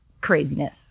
craziness